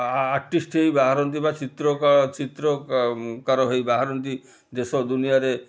artist ହେଇ ବାହାରନ୍ତି ବା ଚିତ୍ରକାର ହେଇ ବାହାରନ୍ତି ଦେଶ ଦୁନିଆରେ